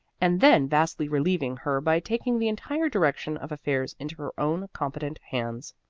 and then vastly relieving her by taking the entire direction of affairs into her own competent hands.